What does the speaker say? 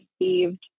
received